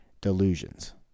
delusions